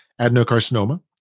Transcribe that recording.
adenocarcinoma